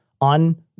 on